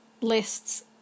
lists